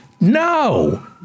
no